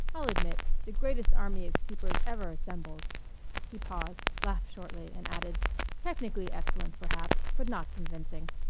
i'll admit, the greatest army of supers ever assembled he paused, laughed shortly, and added technically excellent, perhaps, but not convincing.